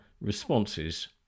responses